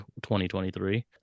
2023